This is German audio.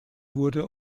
wurde